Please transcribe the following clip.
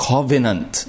Covenant